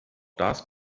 das